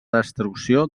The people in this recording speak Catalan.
destrucció